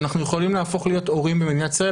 אנחנו יכולים להפוך להיות הורים במדינת ישראל,